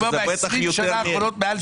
אני אומר ב-20 השנה האחרונות מעל שליש.